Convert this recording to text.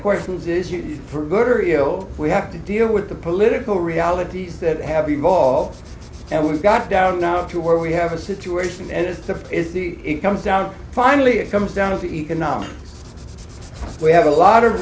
questions is you for good or ill we have to deal with the political realities that have evolved and we've got down now to where we have a situation as to is it comes down finally it comes down to economics we have a lot of